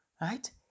right